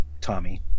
Tommy